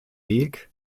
weg